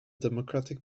democratic